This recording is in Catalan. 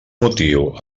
motiu